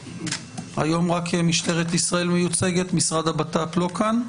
היום רק משטרת ישראל מיוצגת, משרד הבט"פ לא כאן.